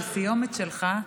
לסיומת שלך,